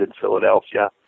Philadelphia